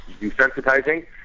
desensitizing